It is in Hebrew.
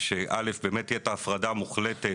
היא שתהיה הפרדה מוחלטת,